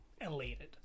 elated